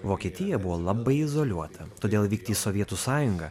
vokietija buvo labai izoliuota todėl vykti į sovietų sąjungą